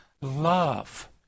love